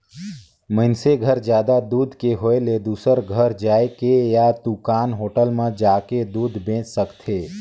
मइनसे घर जादा दूद के होय ले दूसर घर घर जायके या दूकान, होटल म जाके दूद बेंच सकथे